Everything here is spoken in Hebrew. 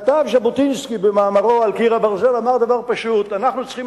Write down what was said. כתב ז'בוטינסקי במאמרו "על קיר הברזל" דבר פשוט: אנחנו צריכים